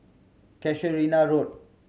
Casuarina Road